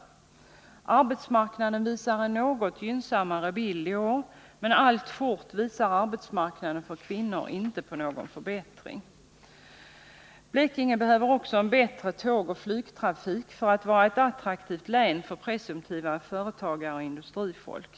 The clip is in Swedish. För arbetsmarknaden är bilden något gynnsammare i år, men alltfort visar arbetsmarknaden för kvinnor inte på någon förbättring. Blekinge behöver vidare en bättre tågoch flygtrafik för att vara ett attraktivt län för presumtiva företagare och industrifolk.